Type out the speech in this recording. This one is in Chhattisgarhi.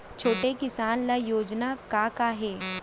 छोटे किसान ल योजना का का हे?